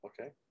Okay